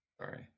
sorry